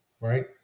right